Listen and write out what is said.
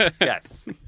Yes